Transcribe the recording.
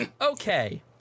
Okay